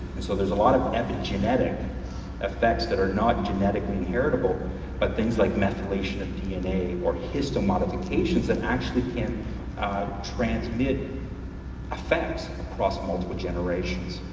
and so there's a lot of genetic effects that are not genetically inheritable but things like methylation of dna or histomodifications that actually can't transmit effects across multiple generations.